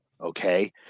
Okay